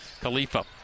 Khalifa